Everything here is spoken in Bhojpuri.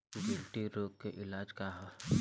गिल्टी रोग के इलाज का ह?